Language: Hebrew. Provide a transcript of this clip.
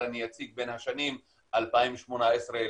אבל אני אציג בין השנים 2018 ל-2019.